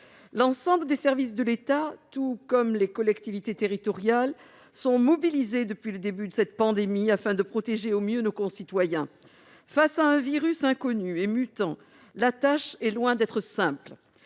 L'ensemble des services de l'État, tout comme les collectivités territoriales, sont mobilisés depuis le début de cette pandémie afin de protéger au mieux nos concitoyens. Face à un virus inconnu et mutant, la tâche est loin d'être simple.